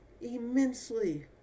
immensely